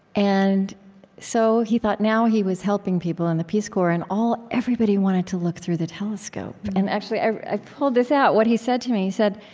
and so, he thought, now he was helping people in the peace corps, and all everybody wanted to look through the telescope and actually, i i pulled this out, what he said to me. he said,